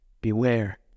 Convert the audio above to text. Beware